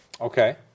Okay